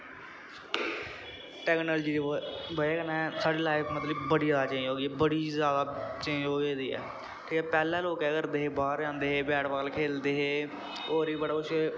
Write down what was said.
technology दी बजह् कन्नै साढ़ा लाइफ मतलब कि बड़ी ज्यादा चेंज होई गेदी ऐ कि पैह्लें केह् करदे हे बाह्र जांदे हे बैट बॉल खेलदे हे होर बी बड़ा कुछ